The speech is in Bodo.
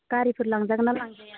गारिफोर लांजागोनना लांजाया